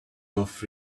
off